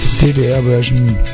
DDR-Version